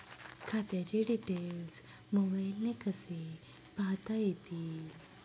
खात्याचे डिटेल्स मोबाईलने कसे पाहता येतील?